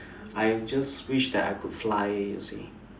I'm just wish that I could fly you see